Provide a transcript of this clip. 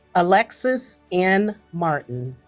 alexis n. martin